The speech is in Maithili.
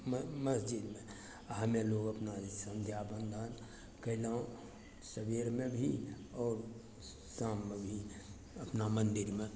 मस्जिदमे हमे लोग अपना संध्या वन्दन कयलहुँ सवेरमे भी आओर शाममे भी अपना मन्दिरमे